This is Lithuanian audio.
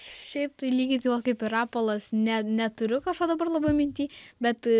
šiaip tai lygiai taip pat kaip ir rapolas ne neturiu kažko dabar labai minty bet